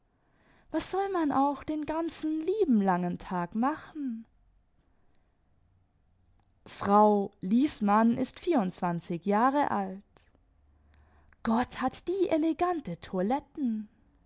was soll man auch den ganzen liehen langen tag machenl frau liesmann ist vierundzwanzig jahre alt gott hat die elegante toiletten